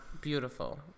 beautiful